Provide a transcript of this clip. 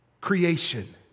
creation